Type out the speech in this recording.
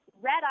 red